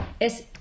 es